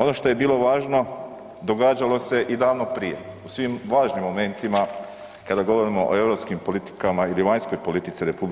Ono što je bilo važno događalo se i davno prije u svim važnim momentima kada govorimo o europskim politikama ili vanjskoj politici RH,